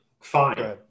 Fine